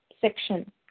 section